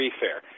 fair